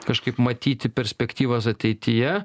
kažkaip matyti perspektyvas ateityje